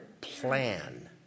plan